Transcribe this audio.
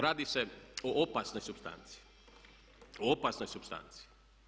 Radi se o opasnoj supstanci, o opasnoj supstanci.